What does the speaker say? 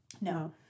No